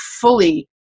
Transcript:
fully